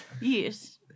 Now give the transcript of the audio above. Yes